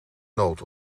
noot